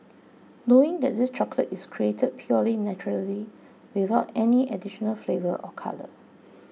knowing that this chocolate is created purely naturally without any additional flavour or colour